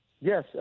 Yes